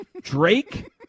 Drake